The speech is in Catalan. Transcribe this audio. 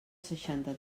seixanta